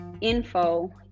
info